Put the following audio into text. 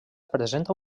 presenta